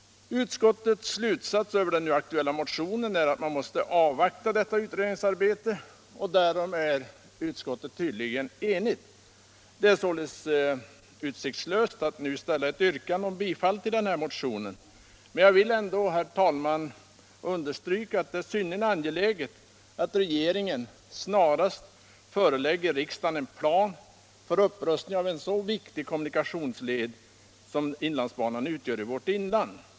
Utskottets slutsats med anledning av den nu aktuella motionen är att man måste avvakta detta utredningsarbete. Därom är tydligen utskottet enigt. Det är således utsiktslöst att nu ställa ett yrkande om bifall till motionen. Men jag vill ändå, herr talman, understryka att det är synnerligen angeläget, att regeringen snarast förelägger riksdagen en plan för upprustning av den viktiga kommunikationsled som inlandsbanan utgör.